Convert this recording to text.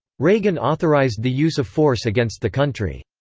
reagan authorized the use of force against the country.